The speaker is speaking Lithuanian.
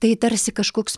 tai tarsi kažkoks